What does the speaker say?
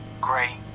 Gray